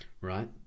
right